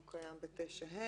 הוא קיים ב-9ה.